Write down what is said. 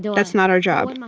that's not our job.